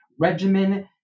regimen